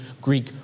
Greek